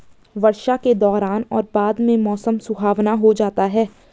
वर्षा के दौरान और बाद में मौसम सुहावना हो जाता है